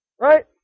right